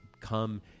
Come